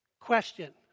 Question